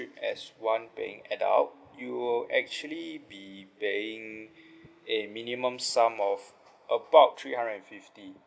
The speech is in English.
as one paying adult you will actually be paying a minimum sum of about three hundred fifty